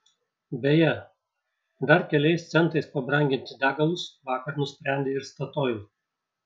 beje dar keliais centais pabranginti degalus vakar nusprendė ir statoil